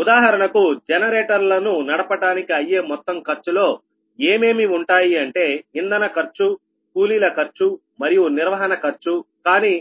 ఉదాహరణకు జనరేటర్లను నడపడానికి అయ్యే మొత్తం ఖర్చు లో ఏమేమి ఉంటాయి అంటే ఇంధన ఖర్చు కూలీల ఖర్చు మరియు నిర్వహణ ఖర్చు కానీ